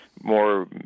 more